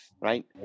right